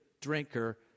drinker